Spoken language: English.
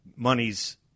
Moneys